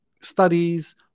studies